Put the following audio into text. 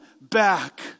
Back